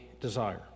desire